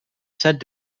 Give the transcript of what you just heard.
said